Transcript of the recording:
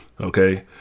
okay